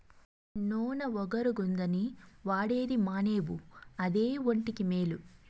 నూన ఒగరుగుందని వాడేది మానేవు అదే ఒంటికి మేలు